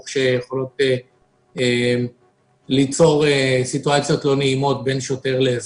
שיכולות ליצור סיטואציות לא נעימות בין שוטר לאזרח.